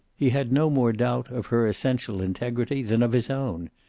he had no more doubt of her essential integrity than of his own.